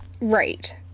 Right